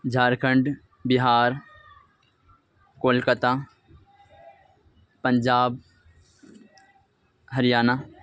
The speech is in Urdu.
جھارکھنڈ بہار کولکتہ پنجاب ہریانہ